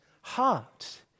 heart